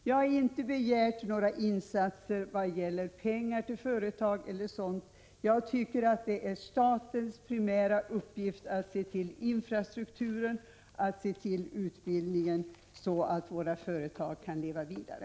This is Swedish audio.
Jag har inte begärt några insatser i form av pengar till företagen eller liknande. Jag tycker att det är statens primära uppgift att se till infrastrukturen och utbildningen, så att våra företag kan leva vidare.